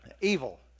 evil